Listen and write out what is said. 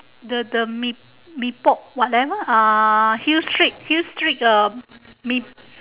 the the mee mee-pok whatever ah hill street hill street uh